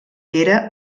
era